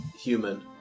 human